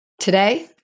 Today